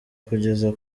kugeza